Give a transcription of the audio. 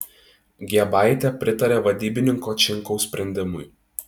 giebaitė pritarė vadybininko činkaus sprendimui